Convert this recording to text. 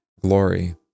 Glory